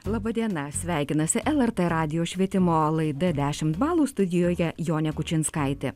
laba diena sveikinasi lrt radijo švietimo laida dešimt balų studijoje jonė kučinskaitė